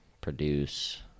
produce